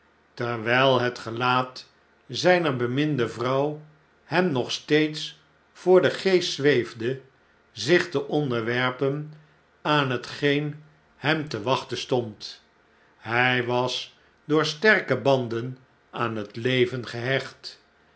terwjjl het gelaat zn'ner bemindevrouw hem nog steeds voor den geest zweefde zich te onderwerpen aan hetgeen hem te wachten stond hij was door sterke banden aan het leven gehecht